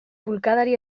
bulkadari